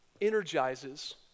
energizes